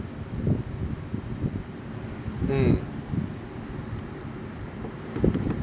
mm